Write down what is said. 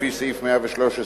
לפי סעיף 113(ב)